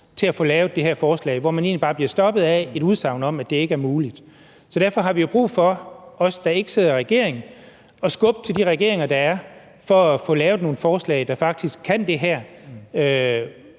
til at få lavet det her forslag, og hvor vi egentlig bare blev stoppet af et udsagn om, at det ikke er muligt. Derfor har vi jo brug for – os, der ikke sidder i regering – at skubbe til de regeringer, der er, for at få lavet nogle forslag, der faktisk kan det her